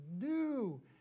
new